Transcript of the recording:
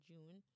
June